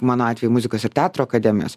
mano atveju muzikos ir teatro akademijos